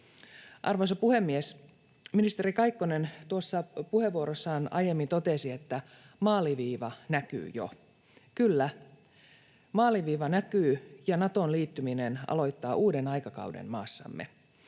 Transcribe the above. Arvoisa puhemies! Ministeri Kaikkonen puheenvuorossaan aiemmin totesi, että maaliviiva näkyy jo. Kyllä, maaliviiva näkyy, ja Natoon liittyminen aloittaa uuden aikakauden maassamme.